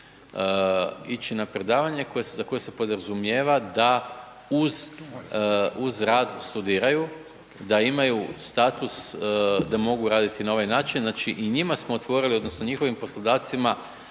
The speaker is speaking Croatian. ići na predavanje, za koje se podrazumijeva da uz rad studiraju, da imaju status da mogu raditi na ovaj način, znači i njima smo otvorili, odnosno njihovim poslodavcima